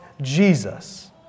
Jesus